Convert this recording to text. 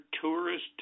tourist